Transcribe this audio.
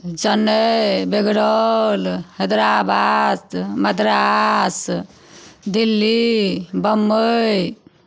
जनेए बेगरौल हैदराबाद मद्रास दिल्ली बंबइ